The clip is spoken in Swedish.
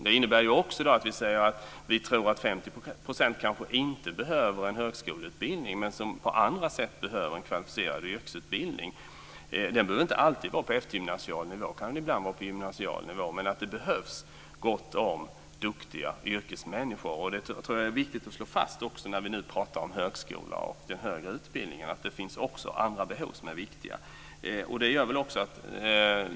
Det innebär också att vi tror att 50 % kanske inte behöver en högskoleutbildning, men på andra sätt behöver en kvalificerad yrkesutbildning. Den behöver inte alltid vara på eftergymnasial nivå. Den kan ibland vara på gymnasial nivå. Det behövs gott om duktiga yrkesmänniskor. Nu när vi nu pratar om högskola och den högre utbildningen är det viktigt att slå fast att det också finns andra behov som är viktiga.